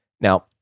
Now